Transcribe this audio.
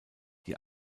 die